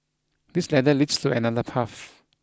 this ladder leads to another path